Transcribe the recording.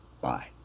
Bye